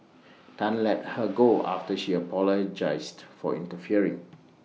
Tan let her go after she apologised for interfering